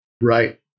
Right